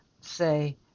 say